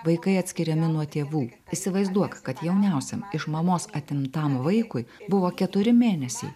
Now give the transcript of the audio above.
vaikai atskiriami nuo tėvų įsivaizduok kad jauniausiam iš mamos atimtam vaikui buvo keturi mėnesiai